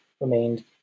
remained